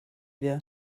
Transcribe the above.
wir